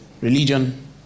religion